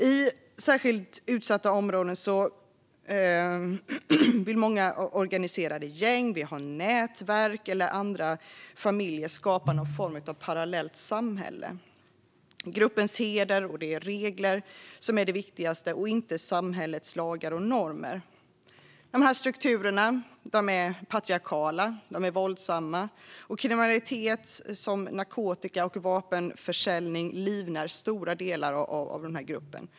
I särskilt utsatta områden vill många organiserade gäng, nätverk eller familjer skapa någon form av parallellt samhälle. Det är gruppens heder och regler som är det viktigaste och inte samhällets lagar och normer. Strukturerna är patriarkala och våldsamma, och kriminalitet som narkotika och vapenförsäljning livnär stora delar av gruppen.